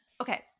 Okay